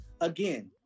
again